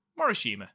Morishima